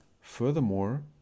Furthermore